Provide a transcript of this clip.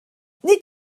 nid